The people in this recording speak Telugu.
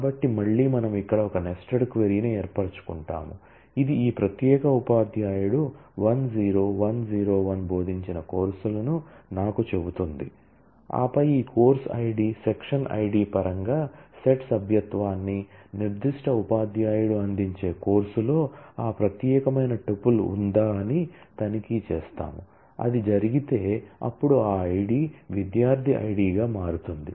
కాబట్టి మళ్ళీ మనం ఇక్కడ ఒక నెస్టెడ్ క్వరీ ను ఏర్పరుచుకుంటాము ఇది ఈ ప్రత్యేక ఉపాధ్యాయుడు 10101 బోధించిన కోర్సులను నాకు చెబుతుంది ఆపై ఈ కోర్సు ఐడి సెక్షన్ ఐడి పరంగా సెట్ సభ్యత్వాన్ని నిర్దిష్ట ఉపాధ్యాయుడు అందించే కోర్సులో ఆ ప్రత్యేకమైన టుపుల్ ఉందా అని తనిఖీ చేస్తాము అది జరిగితే అప్పుడు ఆ ఐడి విద్యార్థి ఐడిగా మారుతుంది